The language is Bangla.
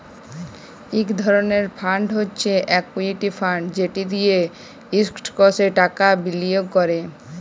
ইক ধরলের ফাল্ড হছে ইকুইটি ফাল্ড যেট দিঁয়ে ইস্টকসে টাকা বিলিয়গ ক্যরে